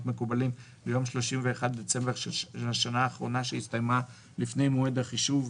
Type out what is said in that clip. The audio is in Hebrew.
מקובלים ליום 31 בדצמבר של השנה האחרונה שהסתיימה לפני מועד החישוב,